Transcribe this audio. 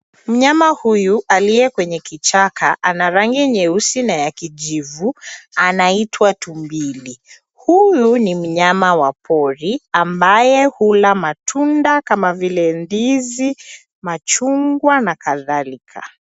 Mnyama huyu aliye kwenye kichaka ana rangi nyeusi na ya kijivu anaitwa tumbili, huyu ni mnyama wa pori ambaye hula matunda kama vile ndizi machungwa na kadhalika.